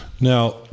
Now